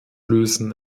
lösen